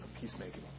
peacemaking